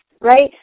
right